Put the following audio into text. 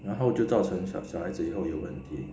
然后就造成小小孩子以后有问题